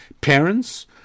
parents